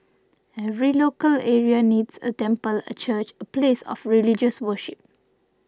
every local area needs a temple a church a place of religious worship